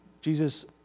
Jesus